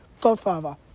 Godfather